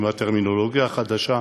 עם הטרמינולוגיה החדשה,